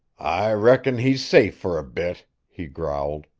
i reckon he's safe for bit, he growled.